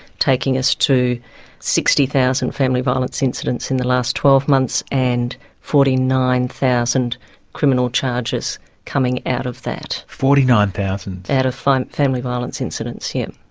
taking us to sixty thousand family violence incidents in the last twelve months, and forty nine thousand criminal charges coming out of that. forty nine thousand! out of family violence incidents, yes.